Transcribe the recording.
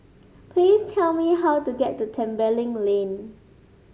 please tell me how to get to Tembeling Lane